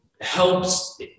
helps